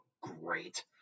great